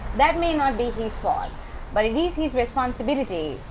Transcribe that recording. that may not be his fault but it is his responsibility.